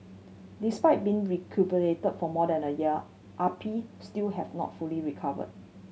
despite being recuperated for more than a year Ah Pi still have not fully recovered